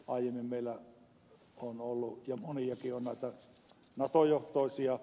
aiemmin meillä on ollut jo moniakin näitä nato johtoisia